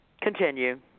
Continue